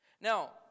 Now